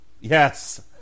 Yes